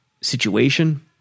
situation